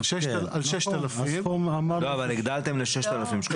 על 6,000. אבל הגדלתם ל-6,000 שקלים.